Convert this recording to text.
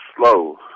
slow